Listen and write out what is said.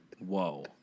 Whoa